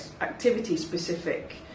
activity-specific